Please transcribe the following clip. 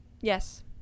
Yes